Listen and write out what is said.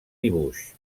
dibuix